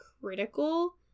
critical